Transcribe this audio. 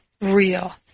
real